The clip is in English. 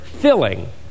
filling